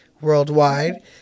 worldwide